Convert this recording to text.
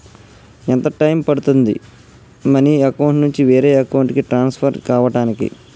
ఎంత టైం పడుతుంది money account నుంచి వేరే అకౌంట్ కి ట్రాన్స్ఫర్ కావటానికి?